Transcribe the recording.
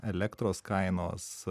elektros kainos